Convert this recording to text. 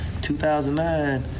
2009